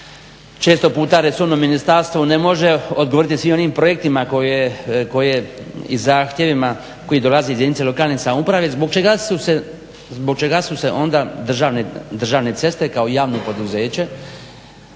često puta resorno ministarstvo ne može odgovoriti svim onim projektima koje i zahtjevima koji dolaze iz jedince lokalne samouprave zbog čega su se onda Državne ceste kao javno poduzeće